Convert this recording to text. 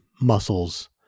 muscles